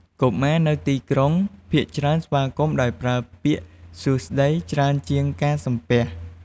កុមារនៅទីក្រុង ភាគច្រើនស្វាគមន៍ដោយប្រើពាក្យ "សួស្តី" ច្រើនជាងការសំពះ។